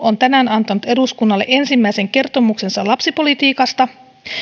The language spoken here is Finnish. on tänään antanut eduskunnalle ensimmäisen kertomuksensa lapsipolitiikasta